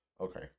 okay